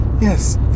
Yes